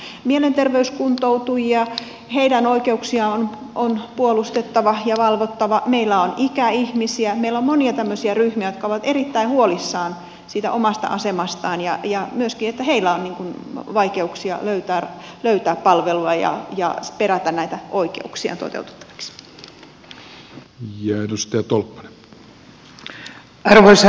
meillä on mielenterveyskuntoutujia heidän oikeuksiaan on puolustettava ja valvottava meillä on ikäihmisiä meillä on monia tämmöisiä ryhmiä jotka ovat erittäin huolissaan siitä omasta asemastaan ja myöskin heillä on vaikeuksia löytää palvelua ja perätä näitä oikeuksiaan toteutettavaksi